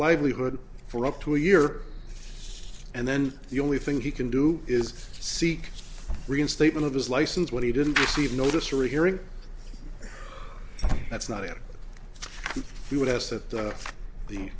livelihood for up to a year and then the only thing he can do is seek reinstatement of his license when he didn't receive notice or a hearing that's not at us th